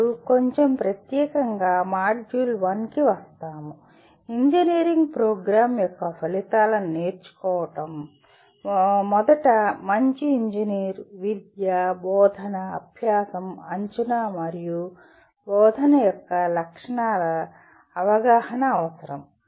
ఇప్పుడు కొంచెం ప్రత్యేకంగా మాడ్యూల్ 1 కి వస్తాము ఇంజనీరింగ్ ప్రోగ్రామ్ యొక్క ఫలితాలను నేర్చుకోవడం మొదట మంచి ఇంజనీర్ విద్య బోధన అభ్యాసం అంచనా మరియు బోధన యొక్క లక్షణాల అవగాహన అవసరం